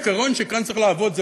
העיקרון שצריך לעבוד כאן,